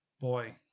boy